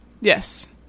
Yes